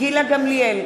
גילה גמליאל,